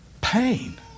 pain